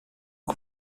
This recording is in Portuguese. que